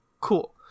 cool